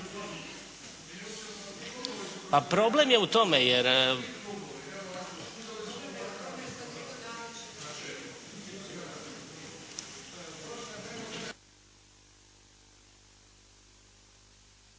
Pa problem je u tome, jer